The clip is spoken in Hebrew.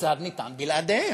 כיצד אפשר בלעדיהם?